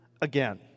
again